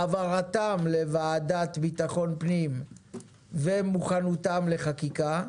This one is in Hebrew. העברתם לוועדה לביטחון פנים ומוכנותם לחקיקה.